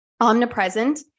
omnipresent